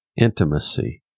intimacy